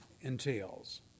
entails